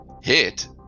hit